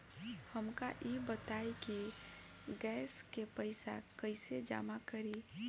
हमका ई बताई कि गैस के पइसा कईसे जमा करी?